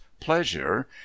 pleasure